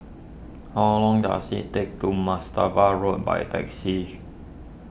how long does it take to Marstaban Road by taxi